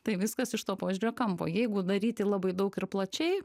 tai viskas iš to požiūrio kampo jeigu daryti labai daug ir plačiai